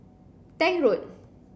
Tank Road